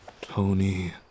tony